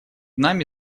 нами